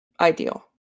ideal